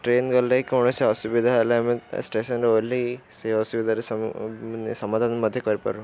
train ଗଲେ କୌଣସି ଅସୁବିଧା ହେଲେ ଆମେ ଷ୍ଟେସନ୍ରେ ଓହ୍ଲାଇ ସେ ଅସୁବିଧାରେ ସମାଧାନ ମଧ୍ୟ କରିପାରୁ